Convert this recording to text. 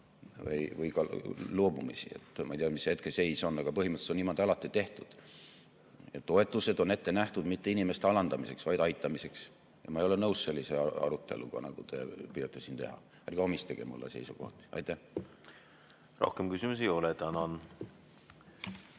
sellest loobumisi. Ma ei tea, mis see hetkeseis on, aga põhimõtteliselt on seda niimoodi alati tehtud. Toetused on ette nähtud mitte inimeste alandamiseks, vaid aitamiseks. Ma ei ole nõus sellise aruteluga, nagu te püüate siin teha. Ärge omistage mulle seisukohti! Ei, loomulikult ei saanud.